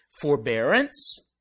forbearance